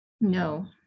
No